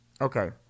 Okay